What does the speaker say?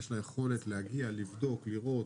יש לה יכולת להגיע, לבדוק, לראות,